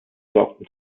sorgten